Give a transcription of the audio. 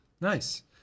Nice